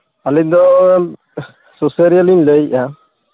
ᱟᱹᱞᱤᱧ ᱫᱚ ᱥᱩᱥᱟᱹᱨᱤᱭᱟᱹ ᱞᱤᱧ ᱞᱟᱹᱭᱮᱫᱼᱟ